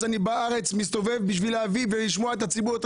אני מסתובב בארץ בשביל לשמוע את רחשי